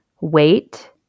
wait